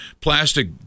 plastic